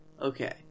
Okay